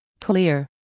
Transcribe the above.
clear